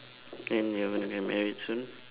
and you're gonna get married soon